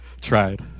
Tried